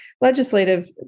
legislative